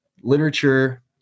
literature